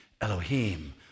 Elohim